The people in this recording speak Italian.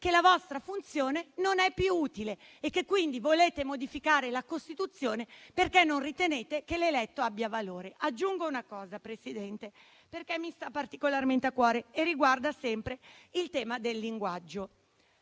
che la vostra funzione non è più utile e che quindi volete modificare la Costituzione perché non ritenete che l'eletto abbia valore. Aggiungo un elemento, signora Presidente, che mi sta particolarmente a cuore e che riguarda sempre il tema del linguaggio.